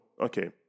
okay